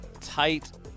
tight